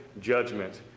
judgment